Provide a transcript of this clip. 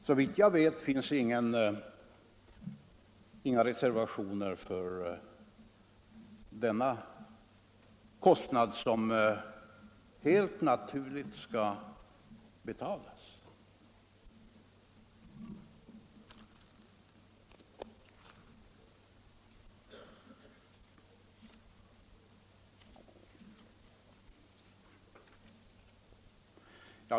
Såvitt jag vet finns inga reservationer för denna kostnad, som helt naturligt skall betalas.